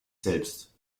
selbst